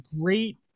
great